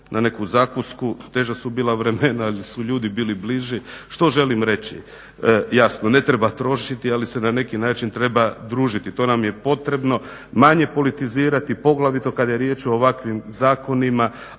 na neku zakusku, teža su bila vremena, ali su ljudi bili bliži. Što želim reći? Jasno ne treba trošiti, ali se na neki način treba družiti, to nam je potrebno. Manje politizirati, poglavito kada je riječ o ovakvim zakonima